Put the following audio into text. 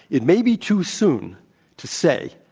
it may be too soon to say